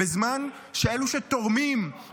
בזמן שאלו שתורמים,